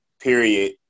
period